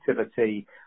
activity